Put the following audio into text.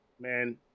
man